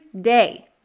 day